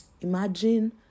imagine